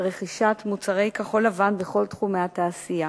רכישת מוצרי כחול-לבן בכל תחומי התעשייה.